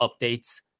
updates